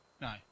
No